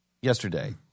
yesterday